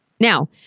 Now